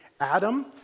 Adam